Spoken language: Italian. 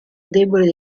deboli